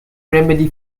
remedy